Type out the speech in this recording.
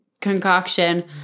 concoction